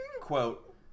quote